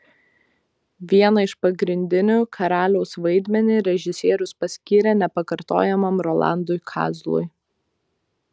vieną iš pagrindinių karaliaus vaidmenį režisierius paskyrė nepakartojamam rolandui kazlui